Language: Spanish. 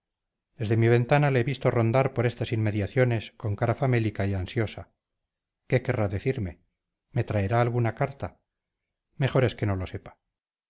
desde mi ventana le he visto rondar por estas inmediaciones con cara famélica y ansiosa qué querrá decirme me traerá alguna carta mejor es que no lo sepa